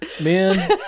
Man